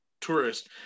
tourists